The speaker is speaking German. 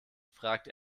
fragt